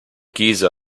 giza